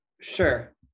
Sure